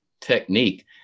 technique